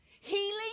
healing